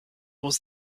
was